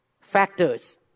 factors